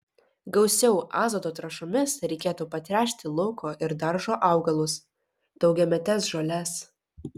gausiau azoto trąšomis reikėtų patręšti lauko ir daržo augalus daugiametes žoles